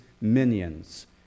minions